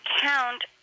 count